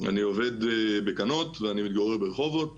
אני עובד בכנות ואני מתגורר ברחובות